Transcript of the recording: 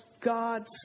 God's